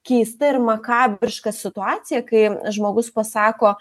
keista ir makabriška situacija kai žmogus pasako